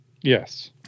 Yes